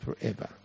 forever